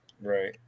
right